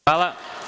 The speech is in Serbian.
Hvala.